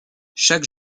chaque